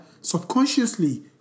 subconsciously